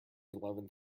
eleventh